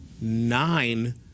nine